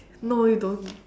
no you don't